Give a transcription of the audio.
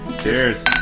Cheers